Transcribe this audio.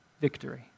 victory